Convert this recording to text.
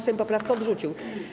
Sejm poprawkę odrzucił.